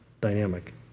dynamic